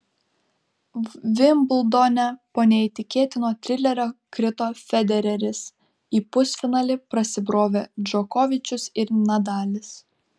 vimbldone po neįtikėtino trilerio krito federeris į pusfinalį prasibrovė džokovičius ir nadalis